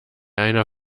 einer